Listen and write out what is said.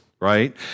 right